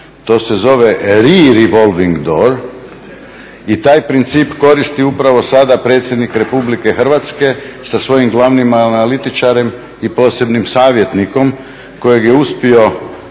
To se zove … revolving door i taj princip koristi upravo sada predsjednik RH sa svojim glavnim analitičarom i posebnim savjetnikom kojeg je uspio